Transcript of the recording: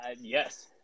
Yes